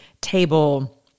table